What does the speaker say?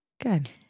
Good